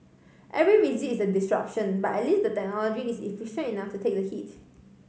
every visit is a disruption but at least the technology is efficient enough to take the hit